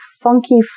funky